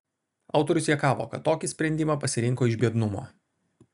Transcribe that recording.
autorius juokavo kad tokį sprendimą pasirinko iš biednumo